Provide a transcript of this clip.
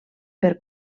per